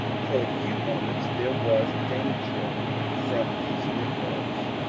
for a few moments there was danger from these negroes.